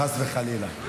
חס וחלילה.